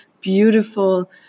beautiful